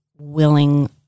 willing